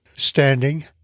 Standing